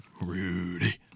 Rudy